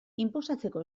inposatzeko